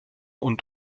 und